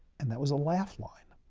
and that was a laugh line.